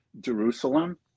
Jerusalem